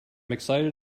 excited